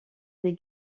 des